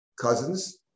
cousins